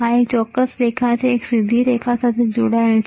આ ચોક્કસ રેખા આ એક સીધી આ જોડાયેલ છે આ જોડાયેલ છે